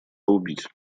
убить